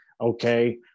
Okay